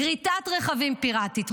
גריטת רכבים פיראטית,